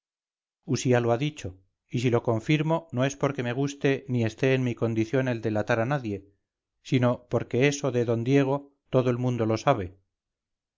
cierto usía lo ha dicho y si lo confirmo no es porque me guste ni esté en mi condición el delatar a nadie sino porque eso de d diego todo el mundo lo sabe